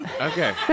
Okay